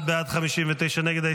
51 בעד, 59 נגד.